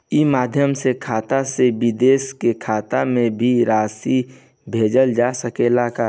ई माध्यम से खाता से विदेश के खाता में भी राशि भेजल जा सकेला का?